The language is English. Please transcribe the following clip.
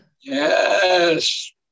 Yes